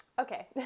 Okay